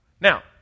Now